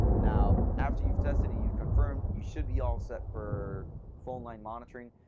now after you've tested and you've confirmed, you should be all set for phone line monitoring.